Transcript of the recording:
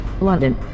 London